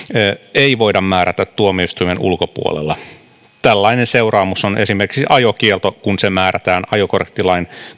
ei voida määrätä tuomioistuimen ulkopuolella tällainen seuraamus on esimerkiksi ajokielto kun se määrätään ajokorttilain